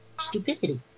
stupidity